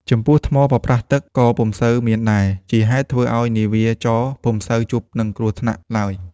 ចំពោះថ្មប៉ប្រះទឹកក៏ពុំសូវមានដែរ ជាហេតុធ្វើឱ្យនាវាចរណ៍ពុំសូវជួបនឹងគ្រោះថ្នាក់ឡើយ។